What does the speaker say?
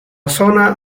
zona